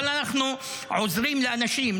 אבל אנחנו עוזרים לאנשים,